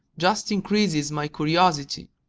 just increases my curiosity.